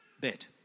Bet